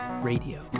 Radio